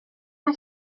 mae